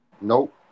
Nope